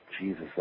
Jesus